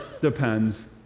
depends